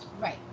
right